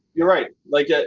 you're right. like, ah